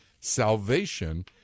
salvation